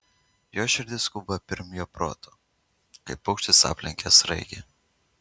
jo širdis skuba pirm jo proto kaip paukštis aplenkia sraigę